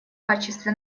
качестве